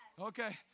Okay